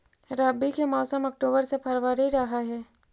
रब्बी के मौसम अक्टूबर से फ़रवरी रह हे